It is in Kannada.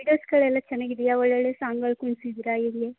ವೀಡಿಯೋಸ್ಗಳೆಲ್ಲ ಚೆನ್ನಾಗಿ ಇದೆಯಾ ಒಳ್ಳೊಳ್ಳೆ ಸಾಂಗ್ಗಳು ಇರಲಿ